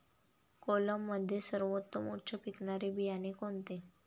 कोलममध्ये सर्वोत्तम उच्च पिकणारे बियाणे कोणते?